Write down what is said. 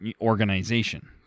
organization